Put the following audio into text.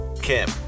Kim